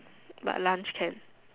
but lunch can